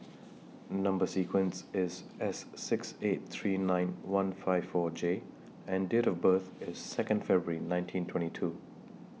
Number sequence IS S six eight three nine one five four J and Date of birth IS Second February nineteen twenty two